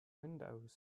windows